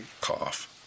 Cough